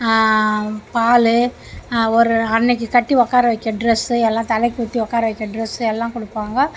பால் ஒரு அன்றைக்கு கட்டி உக்கார வைக்க ட்ரெஸ்ஸு எல்லாம் தலைக்கு ஊற்றி உக்கார வைக்க ட்ரெஸ்ஸு எல்லாம் கொடுப்பாங்க